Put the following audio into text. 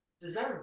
deserve